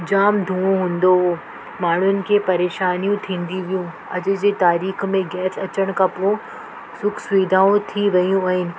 जाम धूओं हूंदो हुयो माण्हुनि खे परेशानियूं थींदी हुइयूं अॼु जे तारीख़ में गैस अचनि खां पोइ सुख़ सुविधाऊं थी रहियूं आहिनि